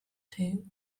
two